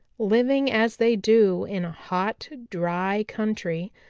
living as they do in a hot, dry country,